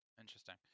Interesting